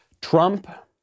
Trump